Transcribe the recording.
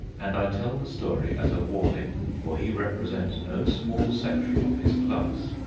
and i tell the story as a warning for he represents no small section of his class.